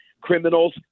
Criminals